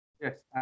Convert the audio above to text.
Yes